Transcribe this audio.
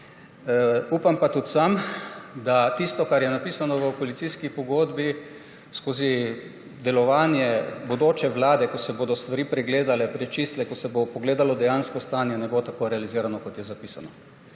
Upam pa tudi, da tisto, kar je napisano v koalicijski pogodbi, skozi delovanje bodoče vlade, ko se bodo stvari pregledale, prečistile, ko se bo pogledalo dejansko stanje, ne bo realizirano tako, kot je zapisano.